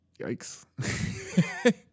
Yikes